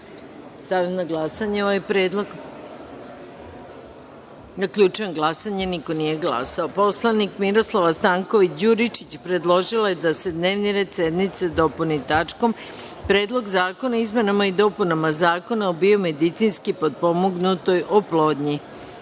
na glasanje ovaj predlog. Zaključujem glasanje: niko nije glasao. Narodni poslanik Miroslava Stanković Đuričić predložila je da se dnevni red sednice dopuni tačkom – Predlog zakona o izmenama i dopunama Zakona o biomedicinski potpomognutoj oplodnji. Stavljam